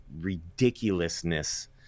ridiculousness